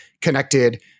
connected